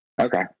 Okay